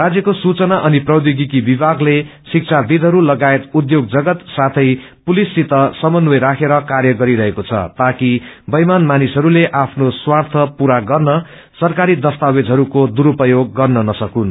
राजयको सूचना अनि प्रौध्योगिकी विभाग्ले शिक्षाविदहरू सगायत उध्योग जगत साथै पुलिससित समन्वय राखेर कार्य गरिरहेको छ ताकि वैमान मानिसहरूले आफ्नो स्वार्य पूरा गर्न सरकारी दस्तावेजहरूको दुसप्योग गर्न नस्कून